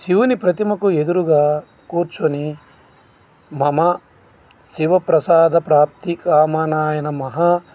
శివుని ప్రతిమకు ఎదురుగా కూర్చుని మమ శివప్రసాద ప్రాప్తి కామానాయ నమః